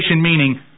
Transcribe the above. meaning